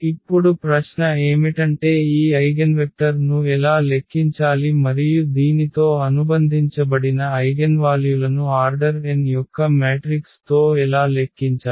ఇప్పుడు ప్రశ్న ఏమిటంటే ఈ ఐగెన్వెక్టర్ను ఎలా లెక్కించాలి మరియు దీనితో అనుబంధించబడిన ఐగెన్వాల్యులను ఆర్డర్ n యొక్క మ్యాట్రిక్స్తో ఎలా లెక్కించాలి